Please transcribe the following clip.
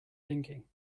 thinking